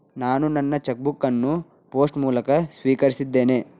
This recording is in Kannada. ನಾನು ನನ್ನ ಚೆಕ್ ಬುಕ್ ಅನ್ನು ಪೋಸ್ಟ್ ಮೂಲಕ ಸ್ವೀಕರಿಸಿದ್ದೇನೆ